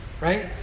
right